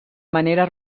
manera